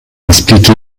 expliquer